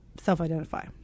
self-identify